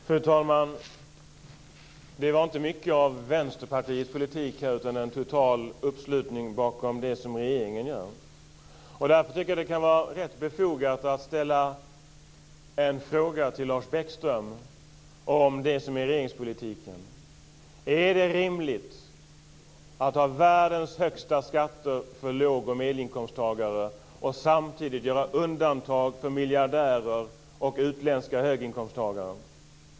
Fru talman! Det var inte mycket av Vänsterpartiets politik här utan en total uppslutning bakom det som regeringen gör. Därför tycker jag att det kan vara rätt befogat att ställa en fråga till Lars Bäckström om det som är regeringspolitiken. Är det rimligt att ha världens högsta skatter för låg och medelinkomsttagare och samtidigt göra undantag för miljardärer och utländska höginkomsttagare?